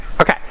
okay